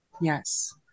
Yes